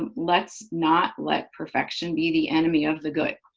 and let's not let perfection be the enemy of the good,